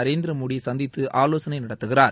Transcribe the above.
நரேந்திரமோடி சந்தித்து ஆலோசனை நடத்துகிறார்